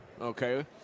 Okay